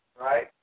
Right